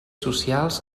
socials